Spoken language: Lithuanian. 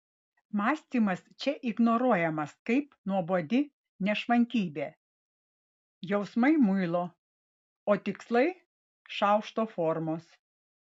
mąstymas čia ignoruojamas kaip nuobodi nešvankybė jausmai muilo o tikslai šaukšto formos